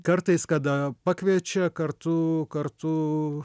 kartais kada pakviečia kartu kartu